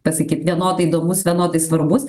pasakyt vienodai įdomus vienodai svarbus